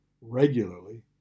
regularly